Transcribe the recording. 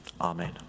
Amen